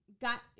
Got